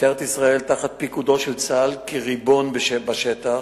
משטרת ישראל, תחת פיקודו של צה"ל כריבון בשטח,